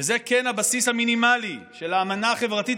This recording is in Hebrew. וזה כן הבסיס המינימלי של האמנה החברתית